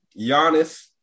Giannis